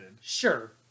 Sure